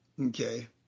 okay